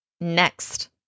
Next